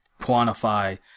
quantify